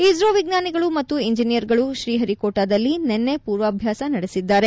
ಇಸ್ತೋ ವಿಜ್ಞಾನಿಗಳು ಮತ್ತು ಎಂಜಿನಿಯರ್ಗಳು ತ್ರೀಹರಿಕೋಟಾದಲ್ಲಿ ನಿನ್ನೆ ಪೂರ್ವಾಭ್ಯಾಸ ನಡೆಸಿದ್ದಾರೆ